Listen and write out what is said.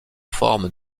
forme